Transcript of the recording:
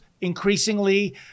increasingly